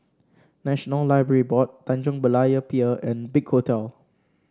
National Library Board Tanjong Berlayer Pier and Big Hotel